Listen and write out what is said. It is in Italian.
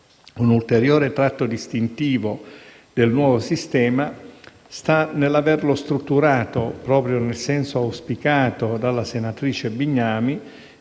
Un ulteriore tratto distintivo del nuovo sistema sta nell'averlo strutturato - proprio nel senso auspicato dalla senatrice Bignami